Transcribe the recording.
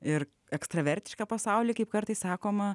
ir ekstravertišką pasaulį kaip kartais sakoma